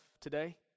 today